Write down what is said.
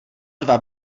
dva